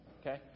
Okay